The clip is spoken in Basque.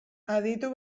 aditu